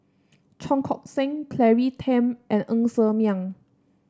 Cheong Koon Seng Claire Tham and Ng Ser Miang